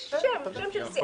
יש שם של סיעה.